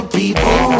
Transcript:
people